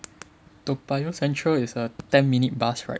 Toa Payoh central is a ten minute bus ride